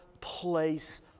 place